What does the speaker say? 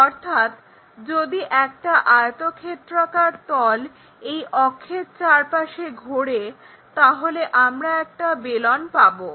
অর্থাৎ যদি একটা আয়তক্ষেত্রাকার তল এই অক্ষের চারপাশে ঘোরে তাহলে আমরা একটা বেলন পাবো